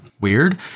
Weird